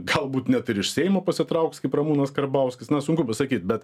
galbūt net ir iš seimo pasitrauks kaip ramūnas karbauskis na sunku pasakyt bet